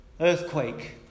Earthquake